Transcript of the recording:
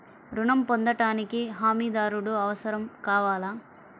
ఋణం పొందటానికి హమీదారుడు అవసరం కావాలా?